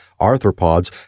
arthropods